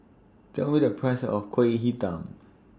Tell Me The Price of Kuih Talam